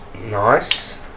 Nice